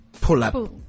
pull-up